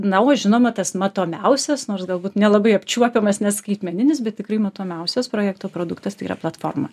na o žinoma tas matomiausias nors galbūt nelabai apčiuopiamas neskaitmeninis bet tikrai matomiausias projekto produktas tai yra platforma